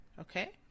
okay